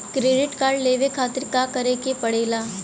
Credit card लेवे खातिर का करे के पड़ेला?